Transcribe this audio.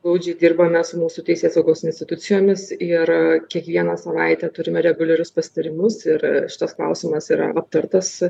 glaudžiai dirbame su mūsų teisėsaugos institucijomis ir kiekvieną savaitę turime reguliarius pasitarimus ir šitas klausimas yra aptartas